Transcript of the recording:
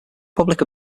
public